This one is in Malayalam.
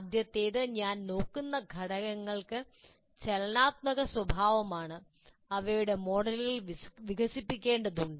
ആദ്യത്തേത് ഞാൻ നോക്കുന്ന ഘടകങ്ങൾക്ക് ചലനാത്മക സ്വഭാവമാണ് അവയുടെ മോഡലുകൾ വികസിപ്പിക്കേണ്ടതുണ്ട്